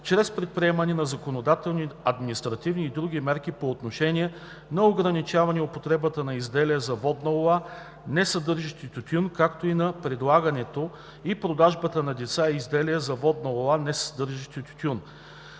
чрез предприемането на законодателни, административни и други мерки по отношение на ограничаване употребата на изделия за водна лула, несъдържащи тютюн, както и на предлагането и продажбата на деца, на изделия за водна лула, несъдържащи тютюн.